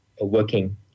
working